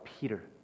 Peter